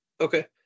Okay